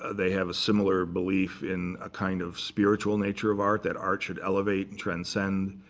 they have a similar belief in a kind of spiritual nature of art, that art should elevate and transcend.